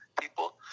people